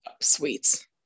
Sweets